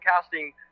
casting